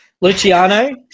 Luciano